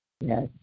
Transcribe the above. Yes